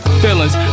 feelings